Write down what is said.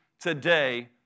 today